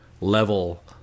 level